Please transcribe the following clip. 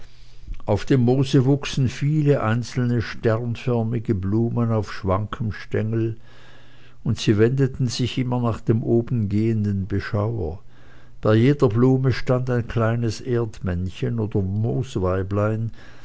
auf dem moose wuchsen viele einzelne sternförmige blumen auf schwankem stengel und sie wendeten sich immer nach dem oben gehenden beschauer bei jeder blume stand ein kleines erdmännchen oder